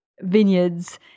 vineyards